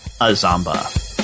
Azamba